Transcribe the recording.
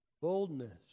boldness